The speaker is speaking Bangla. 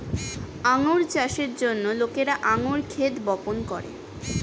আঙ্গুর চাষের জন্য লোকেরা আঙ্গুর ক্ষেত বপন করে